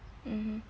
mmhmm